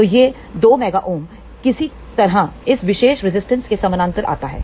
तो यह 2 MΩ किसी तरह इस विशेष रेसिस्टेंस के समानांतर आता है